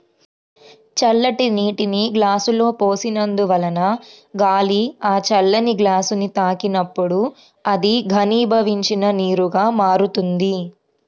చల్లటి నీటిని గ్లాసులో పోసినందువలన గాలి ఆ చల్లని గ్లాసుని తాకినప్పుడు అది ఘనీభవించిన నీరుగా మారుతుంది